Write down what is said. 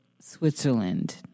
Switzerland